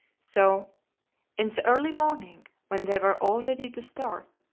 so in the early morning, when they were all ready to start,